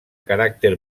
caràcter